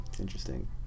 interesting